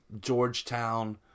Georgetown